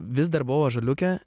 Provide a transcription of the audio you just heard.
vis dar buvo ąžuoliuke